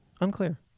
Unclear